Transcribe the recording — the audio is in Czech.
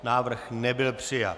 Návrh nebyl přijat.